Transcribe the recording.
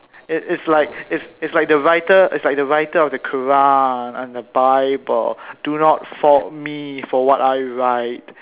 it it's like it's like the writer it's like the writer of the Quran and the Bible do not fault me for what I write